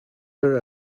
their